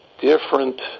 different